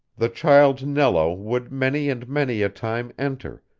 the child nello would many and many a time enter,